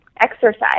exercise